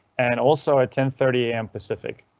and, also at ten thirty am pacific.